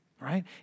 right